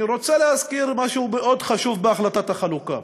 אני רוצה להזכיר משהו חשוב מאוד בהחלטת החלוקה.